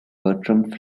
bertram